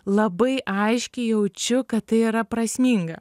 labai aiškiai jaučiu kad tai yra prasminga